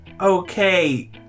okay